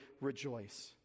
rejoice